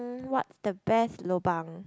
what's the best lobang